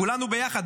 כולנו ביחד,